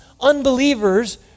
unbelievers